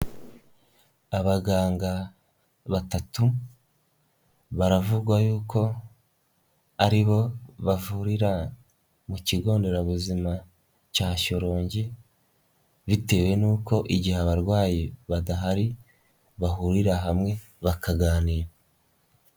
Abaganga batatu baravugwa yuko aribo bavurira mu kigonderabuzima cya Shyorongi bitewe n'uko igihe abarwayi badahari bahurira hamwe bakaganira.